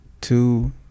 two